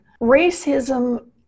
Racism